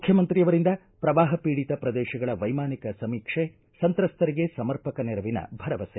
ಮುಖ್ಯಮಂತ್ರಿಯವರಿಂದ ಪ್ರವಾಪ ಪೀಡಿತ ಪ್ರದೇಶಗಳ ವೈಮಾನಿಕ ಸಮೀಕ್ಷೆ ಸಂತ್ರಸ್ತರಿಗೆ ಸಮರ್ಪಕ ನೆರವಿನ ಭರವಸೆ